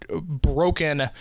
broken